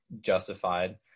justified